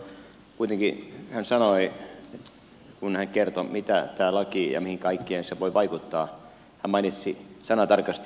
kuitenkin hän sanoi kun hän kertoi mitä tämä laki ja mihin kaikkeen se voi vaikuttaa hän mainitsi sanatarkasti